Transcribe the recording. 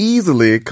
Easily